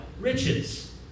riches